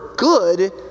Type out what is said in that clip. good